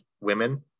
women